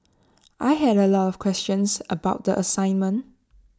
I had A lot of questions about the assignment